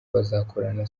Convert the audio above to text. bazakorana